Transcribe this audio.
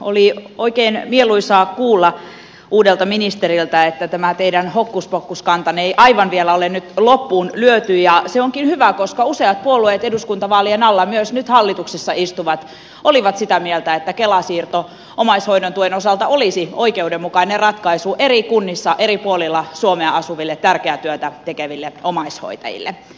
oli oikein mieluisaa kuulla uudelta ministeriltä että tämä teidän hokkuspokkuskantanne ei aivan vielä ole nyt lukkoon lyöty ja se onkin hyvä koska useat puolueet eduskuntavaalien alla myös nyt hallituksessa istuvat olivat sitä mieltä että kela siirto omaishoidon tuen osalta olisi oikeudenmukainen ratkaisu eri kunnissa eri puolilla suomea asuville tärkeää työtä tekeville omaishoitajille